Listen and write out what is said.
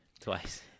twice